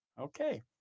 Okay